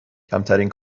کمترین